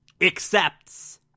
accepts